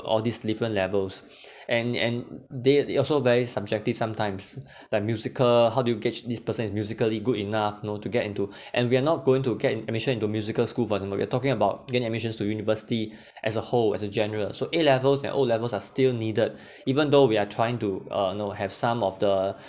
all these different levels and and they they also very subjective sometimes that musical how did you get this person is musically good enough you know to get into and we are not going to get an admission into musical school for example you are talking about gain admission to university as a whole as a general so a-levels and o-levels are still needed even though we are trying to uh you know have some of the